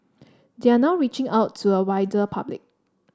they are now reaching out to a wider public